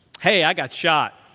hey, i got shot.